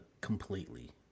completely